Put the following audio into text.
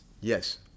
Yes